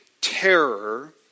terror